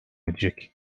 edecek